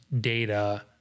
data